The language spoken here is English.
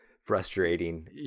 frustrating